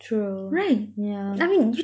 true yeah